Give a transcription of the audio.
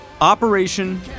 operation